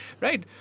Right